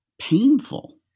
painful